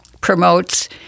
promotes